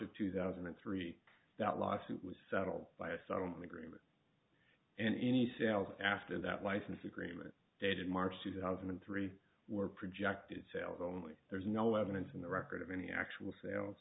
of two thousand and three that lawsuit was settled by a settlement agreement and any sale after that license agreement dated march two thousand and three were projected sales only there's no evidence in the record of any actual sales